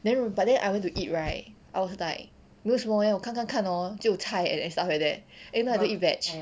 then but then I went to eat right I was like 为什么 me eh 我看看看 hor 只有菜 and stuff like that then i went to eat veg